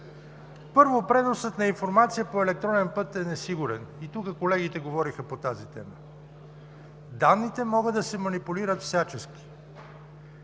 Първо, преносът на информация по електронен път е несигурен. Тук колегите говориха по тази тема. Данните могат да се манипулират всячески,